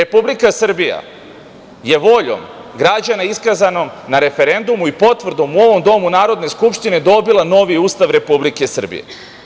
Republike Srbija je voljom građana iskazanom na referendumu i potvrdom u ovom domu Narodne skupštine dobila novi Ustav Republike Srbije.